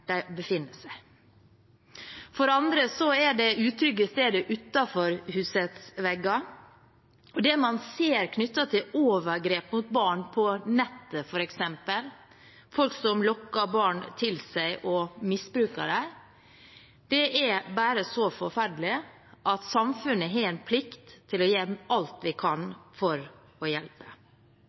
de befinner seg. For andre er det utrygge stedet utenfor husets vegger. Det man ser knyttet til overgrep mot barn, f.eks. på nettet – folk som lokker barn til seg og misbruker dem – er så forferdelig at samfunnet har en plikt til å gjøre alt vi kan for å hjelpe.